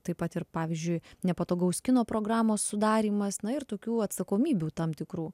taip pat ir pavyzdžiui nepatogaus kino programos sudarymas na ir tokių atsakomybių tam tikrų